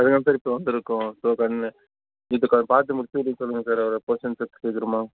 அதுக்கு தான் சார் இப்போ வந்திருக்கோம் ஸோ கொஞ்சம் நீங்கள் கொஞ்சம் பார்த்து முடிச்சுவிட சொல்லுங்க சார் அவரை போஷன்ஸ்ஸை சீக்கிரமாக